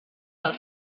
del